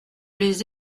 les